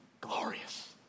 glorious